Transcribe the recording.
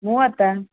ಮೂವತ್ತಾ